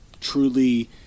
truly